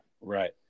Right